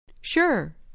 Sure